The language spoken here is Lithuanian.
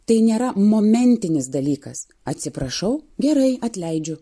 tai nėra momentinis dalykas atsiprašau gerai atleidžiu